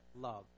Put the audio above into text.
love